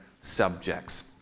subjects